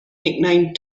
nickname